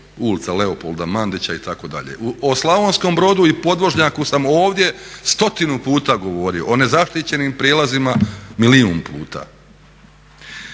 ulica Leopolda Mandića itd. O Slavonskom Brodu i podvožnjaku sam ovdje stotinu puta govorio, o nezaštićenim prijelazima milijun puta.